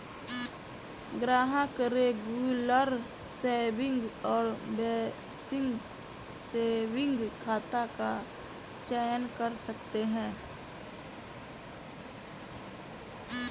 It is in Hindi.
ग्राहक रेगुलर सेविंग और बेसिक सेविंग खाता का चयन कर सकते है